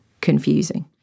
confusing